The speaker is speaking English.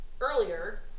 earlier